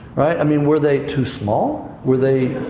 right? i mean, were they too small? were they,